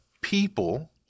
people